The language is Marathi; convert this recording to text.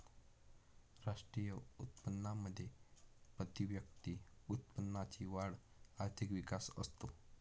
राष्ट्रीय उत्पन्नामध्ये प्रतिव्यक्ती उत्पन्नाची वाढ आर्थिक विकास असतो